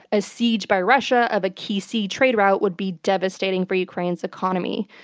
a siege by russia of a key sea trade route would be devastating for ukraine's economy.